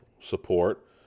support